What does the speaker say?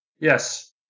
Yes